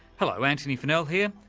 hello, antony funnell here,